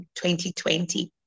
2020